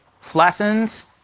flattened